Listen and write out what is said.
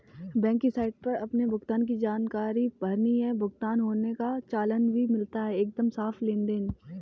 bank की site पर अपने भुगतान की जानकारी भरनी है, भुगतान होने का चालान भी मिलता है एकदम साफ़ लेनदेन